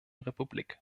republik